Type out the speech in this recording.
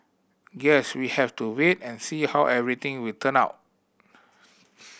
guess we have to wait and see how everything will turn out